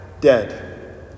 dead